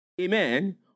amen